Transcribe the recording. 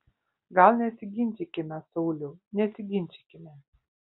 gal nesiginčykime sauliau nesiginčykime